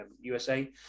USA